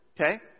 Okay